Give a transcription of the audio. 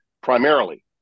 primarily